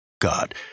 God